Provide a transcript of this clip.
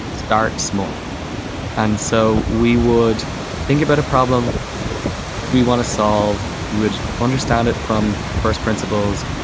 start small and so we would think about a problem we want to solve. we would understand it from first principles.